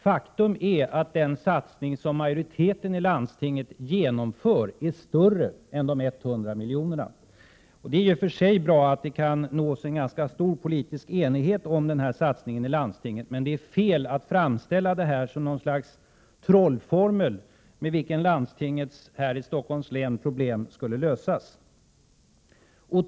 Faktum är att den satsning som majoriteten i landstinget genomför är större än de 100 miljonerna. Det är i och för sig bra att det kan nås en stor politisk enighet om den satsningen i landstinget, men det är fel att framställa den som något slags trollformel med vilken landstingets här i Stockholms län problem skulle lösas.